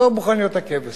לא מוכן להיות הכבש.